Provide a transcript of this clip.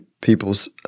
people's